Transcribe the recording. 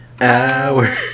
hour